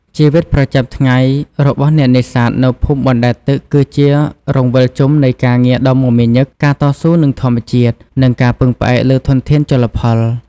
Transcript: ជីវិតប្រចាំថ្ងៃរបស់អ្នកនេសាទនៅភូមិបណ្តែតទឹកគឺជារង្វិលជុំនៃការងារដ៏មមាញឹក ការតស៊ូនឹងធម្មជាតិ និងការពឹងផ្អែកលើធនធានជលផល។